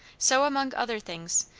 so, among other things,